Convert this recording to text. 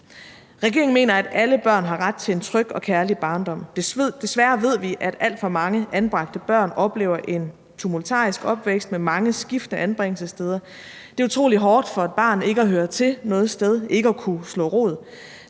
Regeringen mener, at alle børn har ret til en tryg og kærlig barndom. Desværre ved vi, at alt for mange anbragte børn oplever en tumultarisk opvækst med mange skiftende anbringelsessteder. Det er utrolig hårdt for et barn ikke at høre til noget sted, ikke at kunne slå rod.